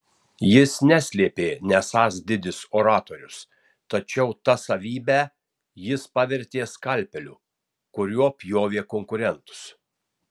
jis neslėpė nesąs didis oratorius tačiau tą savybę jis pavertė skalpeliu kuriuo pjovė konkurentus